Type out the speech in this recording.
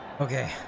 Okay